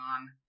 on